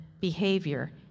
behavior